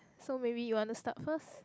so maybe you wanna start first